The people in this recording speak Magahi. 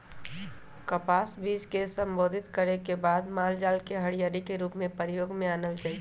कपास बीज के संशोधित करे के बाद मालजाल के हरियरी के रूप में प्रयोग में आनल जाइ छइ